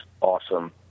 awesome